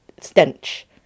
stench